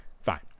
fine